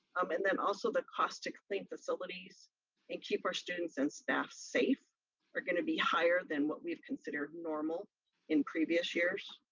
um and then also the cost to clean facilities and keep our students and staff safe are gonna be higher than what we've considered normal in previous years.